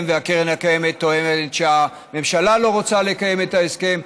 והקרן הקיימת טוענת שהממשלה לא רוצה לקיים את ההסכם,